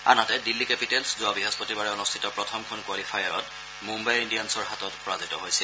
আনহাতে দিল্লী কেপিটেলচ যোৱা বৃহস্পতিবাৰে অনুষ্ঠিত প্ৰথমখন কোৱালিফায়াৰত মুম্বাই ইণ্ডিয়ানছৰ হাতত পৰাজিত হৈছিল